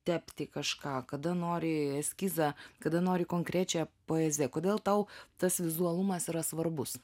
tepti kažką kada nori eskizą kada nori konkrečią poeziją kodėl tau tas vizualumas yra svarbus